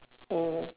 oh